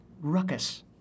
Ruckus